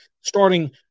Starting